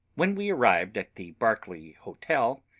when we arrived at the berkeley hotel,